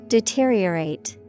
Deteriorate